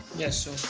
yes